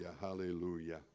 hallelujah